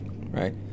right